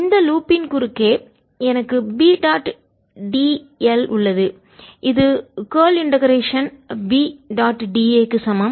இந்த லூப்பின் வளையத்தின் குறுக்கே எனக்கு B டாட் d l உள்ளது இது கார்ல் இண்டெகரேஷன் ஒருங்கிணைப்பு சுருட்க்கு B டாட் da க்கு சமம்